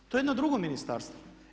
To je jedno drugo ministarstvo.